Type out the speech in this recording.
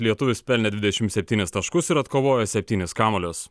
lietuvis pelnė dvidešimt septynis taškus ir atkovojo septynis kamuolius